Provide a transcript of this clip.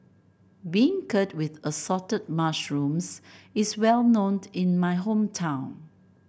beancurd with Assorted Mushrooms is well known in my hometown